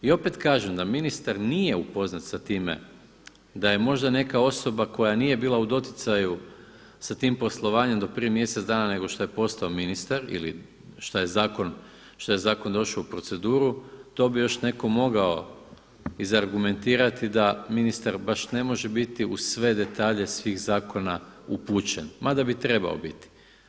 I opet kažem, da ministar nije upoznat sa time da je možda neka osoba koja nije bila u doticaju sa tim poslovanjem do prije mjesec dana nego šta je postao ministar ili šta je zakon došao u proceduru, to bi još neko mogao iz argumentirati da ministar baš ne može biti uz sve detalje svih zakona upućen, mada bi trebao biti.